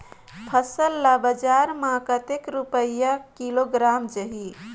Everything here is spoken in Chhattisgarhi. फसल ला बजार मां कतेक रुपिया किलोग्राम जाही?